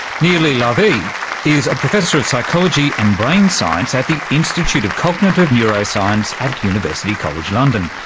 nilli lavie is a professor of psychology and brain science at the institute of cognitive neuroscience at university college london,